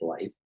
Life